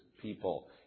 people